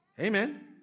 Amen